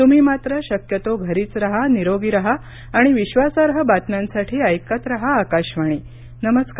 तुम्ही मात्र शक्यतो घरीच राहा निरोगी राहा आणि विश्वासार्ह बातम्यांसाठी ऐकत राहा आकाशवाणी नमस्कार